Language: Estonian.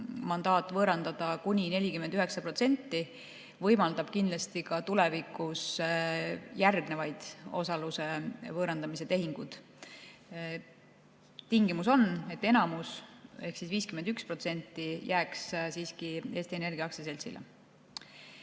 mandaat võõrandada kuni 49%, võimaldab kindlasti ka tulevikus järgnevaid osaluse võõrandamise tehingud. Tingimus on, et enamus ehk 51% jääks siiski Eesti Energia aktsiaseltsile.